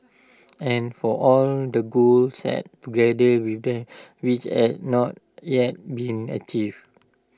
and for all the goals set together with them which had not yet been achieved